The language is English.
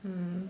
mm